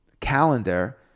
calendar